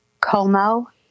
Como